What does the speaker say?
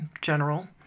general